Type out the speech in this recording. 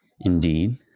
Indeed